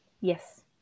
Yes